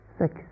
six